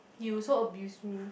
you also abuse me